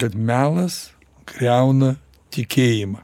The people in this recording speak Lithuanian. kad melas griauna tikėjimą